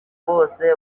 bose